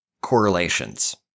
correlations